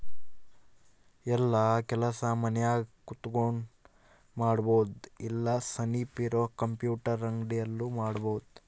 ಯೆಲ್ಲ ಕೆಲಸ ಮನ್ಯಾಗ ಕುಂತಕೊಂಡ್ ಮಾಡಬೊದು ಇಲ್ಲ ಸನಿಪ್ ಇರ ಕಂಪ್ಯೂಟರ್ ಅಂಗಡಿ ಅಲ್ಲು ಮಾಡ್ಬೋದು